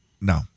No